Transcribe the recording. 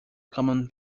common